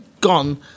gone